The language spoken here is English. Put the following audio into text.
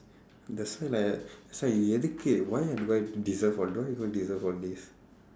that's why like lah that's why எதுக்கு:ethukku why do I deserve all do I even deserve all this